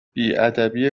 بیادبی